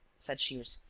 said shears.